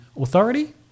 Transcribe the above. Authority